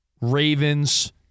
Ravens